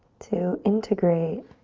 to integrate